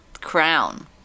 crown